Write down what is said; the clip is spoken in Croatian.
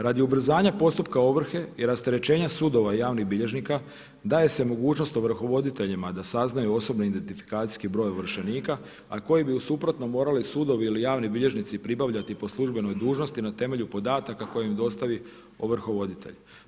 Radi ubrzanja postupka ovrhe i rasterećenja sudova javnih bilježnika daje se mogućnost ovrhovoditeljima da saznaju osobni identifikacijski broj ovršenika a koji bi u suprotnom morali sudovi ili javni bilježnici pribavljati po službenoj dužnosti na temelju podataka koje im dostavi ovrhovoditelj.